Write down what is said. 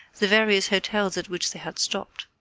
the various hotels at which they had stopped.